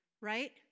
right